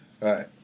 Right